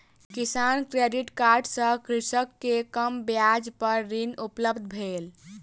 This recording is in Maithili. किसान क्रेडिट कार्ड सँ कृषक के कम ब्याज पर ऋण उपलब्ध भेल